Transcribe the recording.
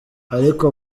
ariko